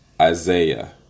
Isaiah